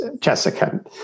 Jessica